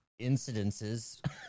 incidences